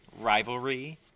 rivalry